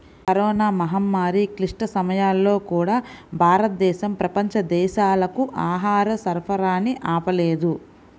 corona మహమ్మారి క్లిష్ట సమయాల్లో కూడా, భారతదేశం ప్రపంచ దేశాలకు ఆహార సరఫరాని ఆపలేదు